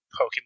Pokemon